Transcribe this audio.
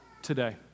today